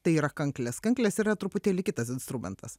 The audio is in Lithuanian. tai yra kanklės kanklės yra truputėlį kitas instrumentas